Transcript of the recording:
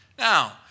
Now